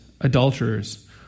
adulterers